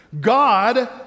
God